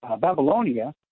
Babylonia